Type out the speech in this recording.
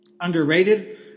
underrated